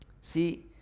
See